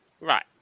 Right